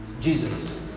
Jesus